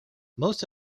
most